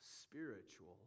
spiritual